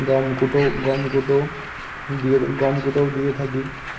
গম কুটেও গম কুটেও দিয়ে গম কুটেও দিয়ে থাকি